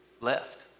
left